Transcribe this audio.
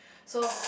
so